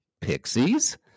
Pixies